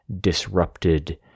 disrupted